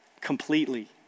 completely